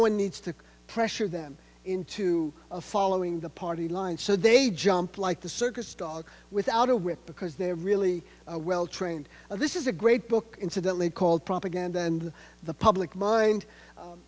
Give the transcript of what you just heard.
one needs to pressure them into following the party line so they jump like the circus dog without a whip because they're really well trained this is a great book incidentally called propaganda and the public mind